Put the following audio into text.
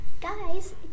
guys